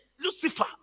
Lucifer